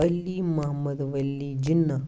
Ali Muhammad Wali Jinnah